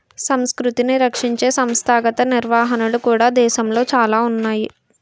సంస్కృతిని రక్షించే సంస్థాగత నిర్వహణలు కూడా దేశంలో చాలా ఉన్నాయి